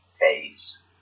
phase